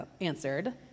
answered